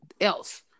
else